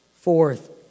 fourth